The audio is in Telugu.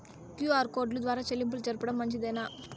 క్యు.ఆర్ కోడ్ ద్వారా చెల్లింపులు జరపడం మంచిదేనా?